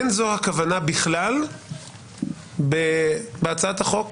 אין זו הכוונה בכלל בהצעת החוק